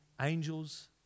angels